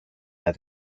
that